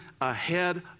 ahead